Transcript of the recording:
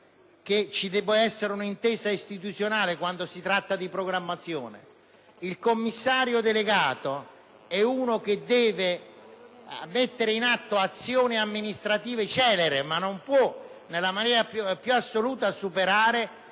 che vi sia un'intesa istituzionale quando si tratta di programmazione. Il commissario delegato è chiamato a mettere in atto azioni amministrative celeri, ma non può, nella maniera più assoluta, superare